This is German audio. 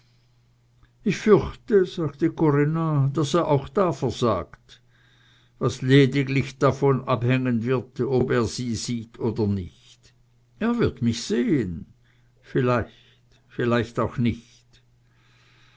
ich fürchte sagte corinna daß er auch da versagt was lediglich davon abhängen wird ob er sie sieht oder nicht er wird mich sehen vielleicht vielleicht auch nicht